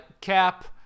Cap